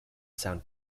sound